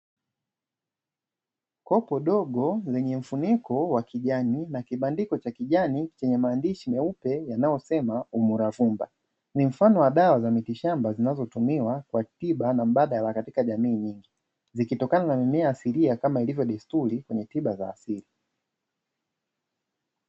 Kopo dogo lenye mfuniko wa kijani na kibandiko cha kijani chenye maandishi meupe, yanayosema umuravumba ni mfano wa dawa za mitishamba zinazotumiwa kwa tiba na mbadala katika jamii yetu, zikitokana na mimea asilia kama ilivyo desturi kwenye tiba za asili.